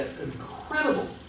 incredible